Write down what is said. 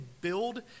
build